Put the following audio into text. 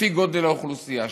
לפי גודל האוכלוסייה,